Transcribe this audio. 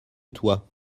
toi